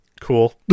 cool